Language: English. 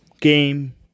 game